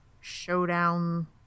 showdown